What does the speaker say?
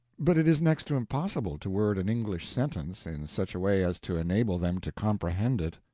but it is next to impossible to word an english sentence in such a way as to enable them to comprehend it.